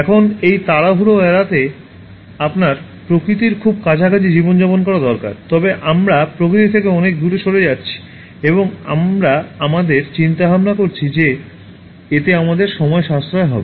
এখন এই তাড়াহুড়ো এড়াতে আপনার প্রকৃতির খুব কাছাকাছি জীবনযাপন করা দরকার তবে আমরা প্রকৃতি থেকে অনেক দূরে সরে যাচ্ছি এবং আমরা আমাদের চিন্তাভাবনা করছি যে এতে আমাদের সময় সাশ্রয় করবে